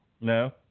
No